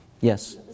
yes